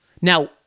Now